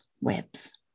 webs